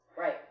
Right